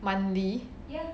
monthly